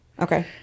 Okay